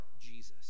Jesus